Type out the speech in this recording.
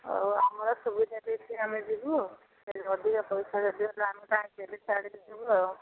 ହୋଉ ଆମର ସୁବିଧା ଦେଖିକି ଆମେ ଯିବୁ ସେଇ ଅଧିକା ପଇସା ଯଦି ହେଲା ଆମେ କାହିଁକି ହେଲେ ଛାଡ଼ିକି ଯିବୁ